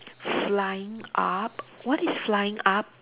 flying up what is flying up